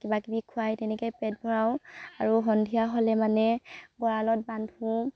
কিবা কিবি খুৱাই তেনেকৈ পেট ভৰাওঁ আৰু সন্ধিয়া হ'লে মানে গঁড়ালত বান্ধোঁ